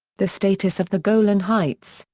the status of the golan heights,